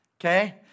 Okay